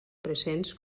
presents